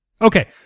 Okay